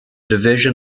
division